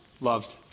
loved